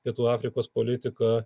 pietų afrikos politiką